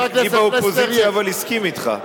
חבר הכנסת פלסנר, אבל מי באופוזיציה הסכים אתך?